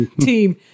team